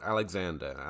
Alexander